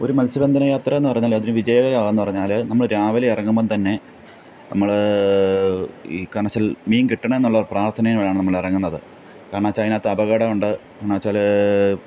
ഒരു മൽസ്യബന്ധനയാത്ര എന്ന് പറഞ്ഞാൽ അത് വിജയകരം ആകുകയെന്ന് പറഞ്ഞാൽ നമ്മൾ രാവിലെ ഇറങ്ങുമ്പോൾ തന്നെ നമ്മൾ ഈ കാരണം എന്നു വച്ചാൽ മീൻ കിട്ടണേ എന്ന പ്രാർത്ഥനയിൽ ആണ് നമ്മൾ ഇറങ്ങുന്നത് കാരണം വച്ചാൽ അതിനകത്ത് അപകടം ഉണ്ട് കാരണം വച്ചാൽ